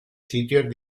sitios